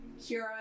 Kira